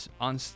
on